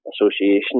Association